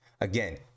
again